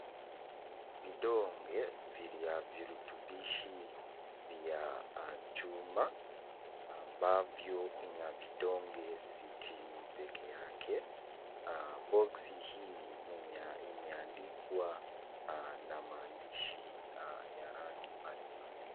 Vidonge vya virutubishi vya chuma ambavyo ina vidonge sitini pekee yake . Boksi hii imeandikwa na maandishi ya rangi mbalimbali.